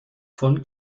von